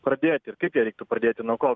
pradėti ir kaip ją reiktų pradėti nuo ko